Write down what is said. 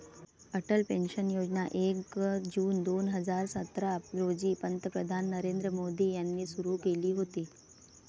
Atal pension योजना एक June दोन हजार सतरा रोजी पंतप्रधान नरेंद्र मोदी यांनी सुरू केली होती